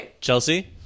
Chelsea